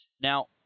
Now